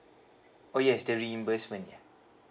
oh yes the reimbursement ya